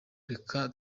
reka